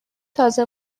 تازه